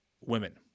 women